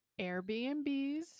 Airbnbs